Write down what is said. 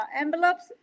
envelopes